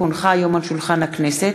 כי הונחה היום על שולחן הכנסת